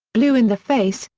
blue in the face,